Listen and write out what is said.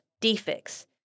defects